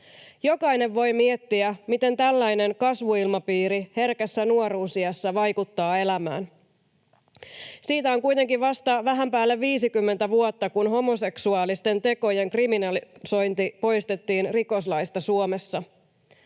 Jokainen voi miettiä, miten tällainen kasvuilmapiiri herkässä nuoruusiässä vaikuttaa elämään. Siitä on kuitenkin vasta vähän päälle 50 vuotta, kun homoseksuaalisten tekojen kriminalisointi poistettiin rikoslaista Suomessa.